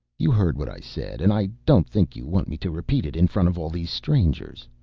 you heard what i said and i don't think you want me to repeat it in front of all these strangers.